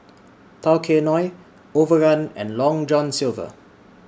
Tao Kae Noi Overrun and Long John Silver